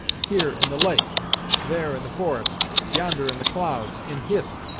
here, in the lake there, in the forest yonder, in the clouds in hist,